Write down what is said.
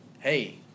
Hey